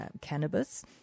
cannabis